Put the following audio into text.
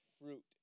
fruit